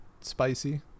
spicy